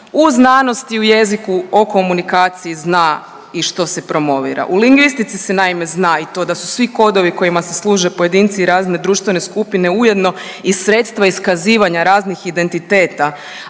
u znanosti i u jeziku o komunikaciji zna i što se promovira. U lingvistici se naime zna i to da su svi kodovi kojima se služe pojedinci i razne društvene skupine ujedno i sredstvo iskazivanja raznih identiteta,